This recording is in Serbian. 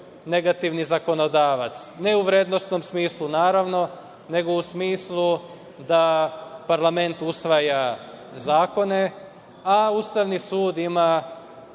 negativni zakonodavac, ne u vrednosnom smislu,, naravno, nego u smislu da parlament usvaja zakone, a Ustavni sud ima